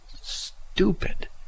stupid